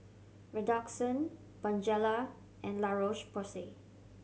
Redoxon Bonjela and La Roche Porsay